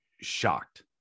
shocked